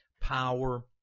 power